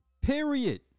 Period